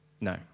No